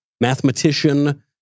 mathematician